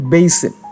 Basin